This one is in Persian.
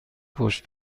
پشت